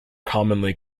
commonly